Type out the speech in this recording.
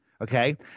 Okay